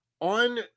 on